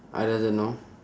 I doesn't know